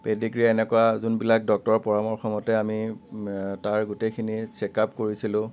pedigree এনেকুৱা যোনবিলাক ডক্তৰৰ পৰামৰ্শমতে আমি তাৰ গোটেইখিনি চেক আপ কৰিছিলোঁ